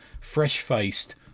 fresh-faced